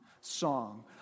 Song